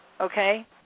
okay